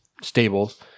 stables